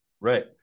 Right